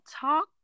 talk